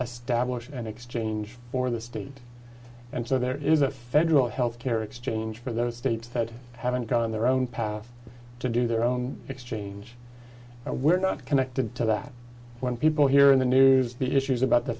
established an exchange for the state and so there is a federal health care exchange for those states that haven't got on their own path to do their own exchange and we're not connected to that when people here in the news the issues about the